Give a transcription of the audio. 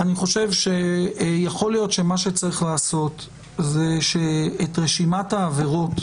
אני חושב שיכול להיות שמה שצריך לעשות זה שאת רשימת העבירות,